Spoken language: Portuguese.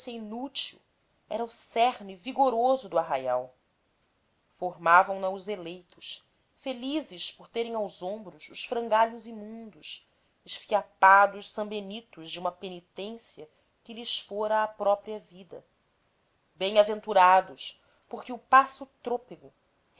inútil era o cerne vigoroso do arraial formavam na os eleitos felizes por terem aos ombros os frangalhos imundos esfiapados sambenitos de uma penitência que lhes fora a própria vida bem-aventurados porque o passo trôpego